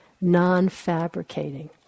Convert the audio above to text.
non-fabricating